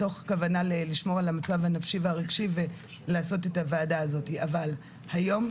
מתוך כוונה לשמור על המצב הנפשי והרגשי ולעשות את הוועדה הזאת אבל היום,